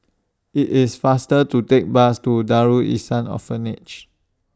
IT IS faster to Take The Bus to Darul Ihsan Orphanage